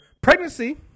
Pregnancy